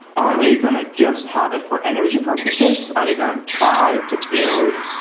are they going to just have it for energy purposes? are they going to try to build